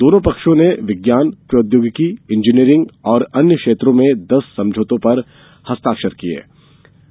दोनों पक्षों ने विज्ञान प्रौद्योगिकी इंजीनियरिंग और अन्य क्षेत्रों में दस समझौता ज्ञापनों पर हस्ताक्षर किये